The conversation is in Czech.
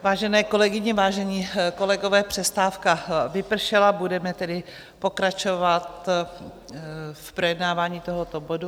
Vážené kolegyně, vážení kolegové, přestávka vypršela, budeme tedy pokračovat v projednávání tohoto bodu.